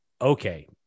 okay